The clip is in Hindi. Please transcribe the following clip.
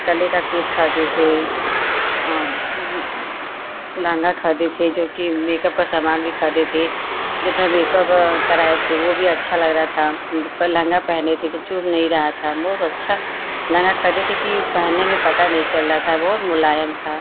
गले का सेट खरिदे थे लहँगा खरीदे थे जो कि मेकअप का समान भी खरीदे थे जो अपना मेकअप कराए थे वो भी अच्छा लग रहा था लहँगा पहने थे तो चुभ नहीं रहा था बहुत अच्छा लहंगा खरीदे थे कि पहनने में पता नहीं चल रहा था बहुत मुलायम था